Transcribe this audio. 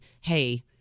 hey